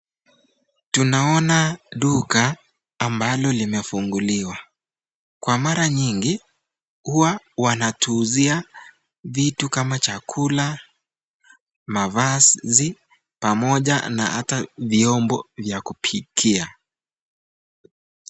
Tunaona duka ambalo limefunguliwa. Kwa mara nyingi huwa wanatuuzia vitu kama chakula mavazi pamoja ata na vyombo vya kupikia.